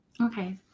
okay